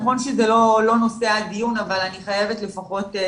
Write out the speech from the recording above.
נכון שזה לא נושא הדיון, אבל אני חייבת בקצרה.